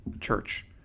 church